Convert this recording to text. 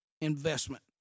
investment